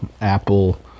Apple